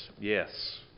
yes